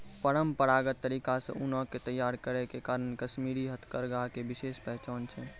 परंपरागत तरीका से ऊनो के तैय्यार करै के कारण कश्मीरी हथकरघा के विशेष पहचान छै